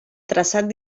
traçat